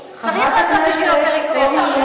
הם עדיין מצביעים לכם,